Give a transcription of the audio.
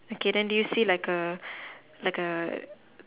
okay then do you see like a like a